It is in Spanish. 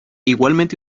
igualmente